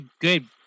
good